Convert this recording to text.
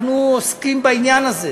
אנחנו עוסקים בעניין הזה.